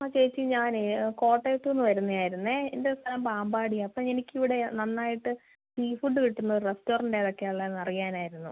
ആ ചേച്ചി ഞാൻ കോട്ടയത്ത് നിന്ന് വരുന്നത് ആയിരുന്നു എൻ്റെ സ്ഥലം പാമ്പാടിയാണ് അപ്പം എനിക്ക് ഇവിടെ നന്നായിട്ട് സീ ഫുഡ് കിട്ടുന്ന റെസ്റ്റോറൻറ്റ് ഏതൊക്കെയാണ് ഉള്ളതെന്ന് അറിയാനായിരുന്നു